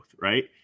right